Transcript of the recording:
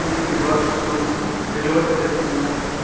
ఓలీషిబార్ చూసి డెలివర్ చేస్తుందా